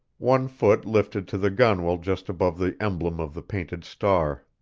one foot lifted to the gunwale just above the emblem of the painted star.